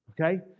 okay